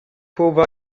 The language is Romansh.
fuva